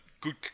good